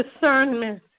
discernment